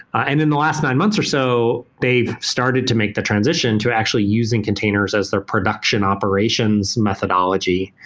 and in the last nine months or so, they've started to make the transition to actually using containers as their production operations methodology.